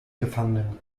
gefangenen